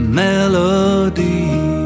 melody